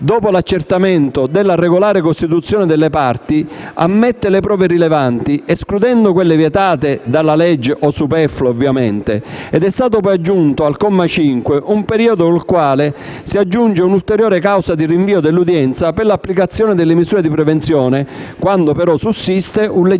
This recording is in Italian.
dopo l'accertamento della regolare costituzione delle parti, ammette le prove rilevanti, escludendo quelle vietate dalla legge (o superflue, ovviamente). È stato poi aggiunto al comma 5 un periodo nel quale si prevede un'ulteriore causa di rinvio dell'udienza per l'applicazione delle misure di prevenzione, quando, però, sussiste un legittimo